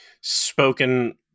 spoken